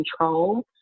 control